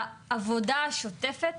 העבודה השוטפת,